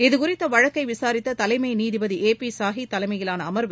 இது குறித்த வழக்கை விசாரித்த தலைமை நீதிபதி ஏ பி சாஹி தலைமையிலான அமர்வு